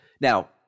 Now